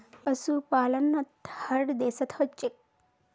पशुपालन त हर देशत ह छेक